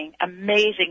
amazing